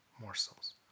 Morsels